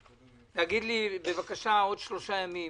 תגידו לי בבקשה עוד שלושה ימים